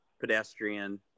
pedestrian